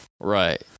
Right